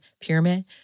pyramid